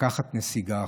לקחת צעד אחורה.